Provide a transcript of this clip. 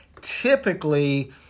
typically